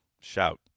Shout